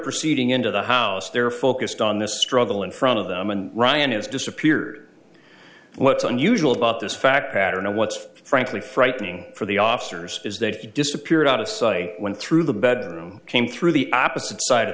proceeding into the house they're focused on the struggle in front of them and ryan has disappeared what's unusual about this fact pattern of what's frankly frightening for the officers is that he disappeared out of sight went through the bedroom came through the opposite side of